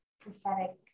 prophetic